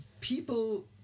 people